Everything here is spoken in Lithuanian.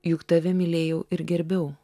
juk tave mylėjau ir gerbiau